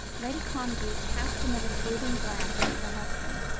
lady congreve cast another fleeting glance at her husband,